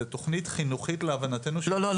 זה תכנית חינוכית להבנתנו --- לא,